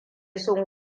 sun